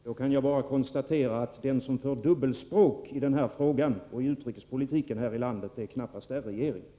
Fru talman! Då kan jag bara konstatera att den som här i landet för dubbelspråk i denna fråga och i utrikespolitiken knappast är regeringen.